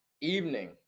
evening